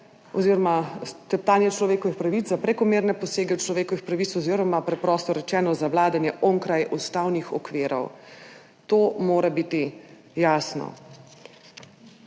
za teptanje človekovih pravic, za prekomerne posege v človekove pravice oziroma preprosto rečeno za vladanje onkraj ustavnih okvirov. To mora biti jasno.